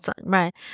right